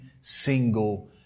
single